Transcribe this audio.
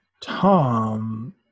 Tom